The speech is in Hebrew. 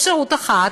אפשרות אחת,